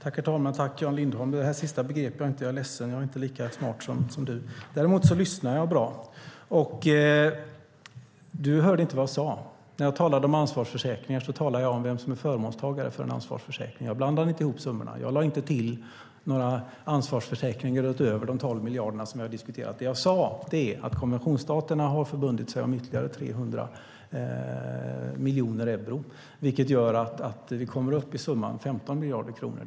Herr talman! Det sista begrep jag inte, Jan Lindholm. Jag är ledsen, men jag är inte lika smart som du. Däremot lyssnar jag bra. Du hörde inte vad jag sade. När jag talade om ansvarsförsäkringar talade jag om vem som är förmånstagare till en ansvarsförsäkring. Jag blandade inte ihop summorna. Jag lade inte till några ansvarsförsäkringar utöver de 12 miljarder som vi har diskuterat. Det jag sade var att konventionsstaterna har förbundit sig om ytterligare 300 miljoner euro, vilket gör att vi kommer upp i summan 15 miljarder kronor.